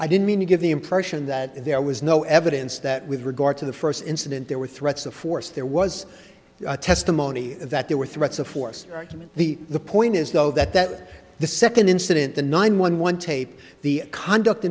i didn't mean to give the impression that there was no evidence that with regard to the first incident there were threats of force there was testimony that there were threats of force argument the the point is though that that the second incident the nine one one tape the conduct